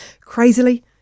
Crazily